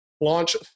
launch